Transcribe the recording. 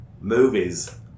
movies